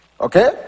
Okay